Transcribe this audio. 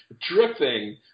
dripping